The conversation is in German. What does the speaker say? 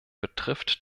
betrifft